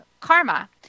karma